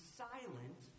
silent